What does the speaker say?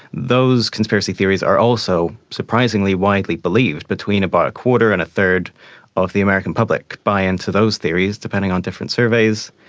those conspiracy theories are also surprisingly widely believed. between about a quarter and a third of the american public buy into those theories, depending on different surveys.